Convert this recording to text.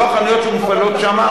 לא החנויות שמופעלות שמה.